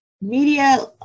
media –